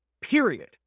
period